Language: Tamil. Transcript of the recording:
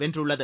வென்றுள்ளது